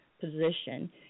position